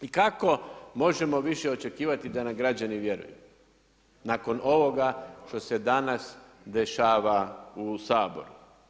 I kako možemo više očekivati da nam građani vjeruju, nakon onoga što se danas dešava u Saboru.